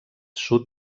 sud